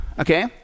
okay